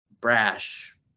brash